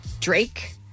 Drake